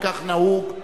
וכך נהוג,